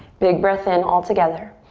big breath in all together.